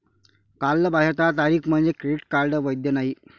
कालबाह्यता तारीख म्हणजे क्रेडिट कार्ड वैध नाही